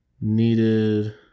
needed